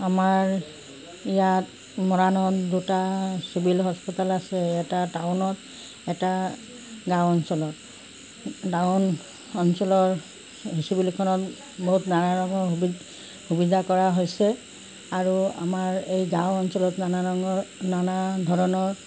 আমাৰ ইয়াত মৰাণত দুটা চিভিল হস্পিটেল আছে এটা টাউনত এটা গাঁও অঞ্চলত টাউন অঞ্চলৰ চিভিলখনত বহুত নানা ৰঙৰ সুবিধা কৰা হৈছে আৰু আমাৰ এই গাঁও অঞ্চলত নানা ৰঙৰ নানা ধৰণৰ